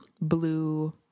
blue